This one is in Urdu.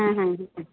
ہاں ہاں